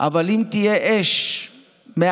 אבל אם תהיה אש מעזה,